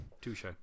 Touche